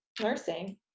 nursing